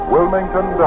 Wilmington